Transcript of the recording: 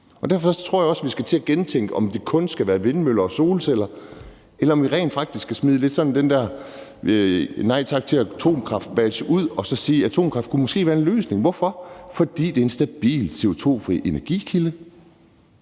Derfor tror jeg også, vi skal til at gentænke, om det kun skal være vindmøller og solceller, eller om vi rent faktisk skal smide den der nej tak til atomkraft-badge ud og så sige, at atomkraft måske kunne være en løsning. Hvorfor? Fordi det er en stabil, CO2-fri energikilde.